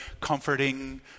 comforting